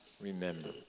remember